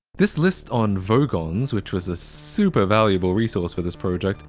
this list on vogons, which was a super valuable resource for this project,